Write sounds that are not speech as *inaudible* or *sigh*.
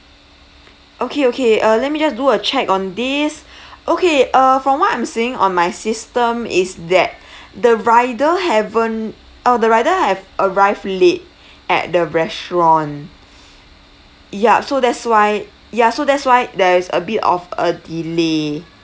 okay okay uh let me just do a check on this *breath* okay uh from what I'm seeing on my system is that *breath* the rider haven't uh the rider have arrived late at the restaurant ya so that's why ya so that's why there is a bit of a delay